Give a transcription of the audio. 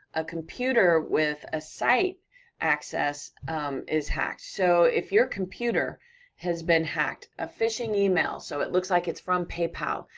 a computer with a site access is hacked, so if your computer has been hacked, a phishing email, so it looks like it's from paypal,